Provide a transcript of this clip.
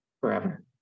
forever